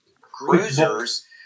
Cruisers